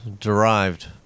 derived